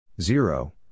Zero